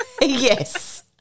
Yes